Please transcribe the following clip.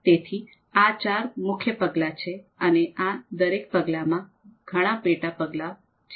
તેથી આ ચાર મુખ્ય પગલાં છે અને આ દરેક પગલામાં ઘણા પેટા પગલા છે